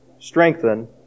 strengthen